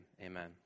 amen